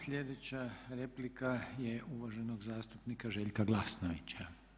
Slijedeća replika je uvaženog zastupnika Željka Glasnovića.